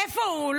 איפה הוא?